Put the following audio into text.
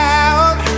out